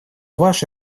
ваше